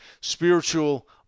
spiritual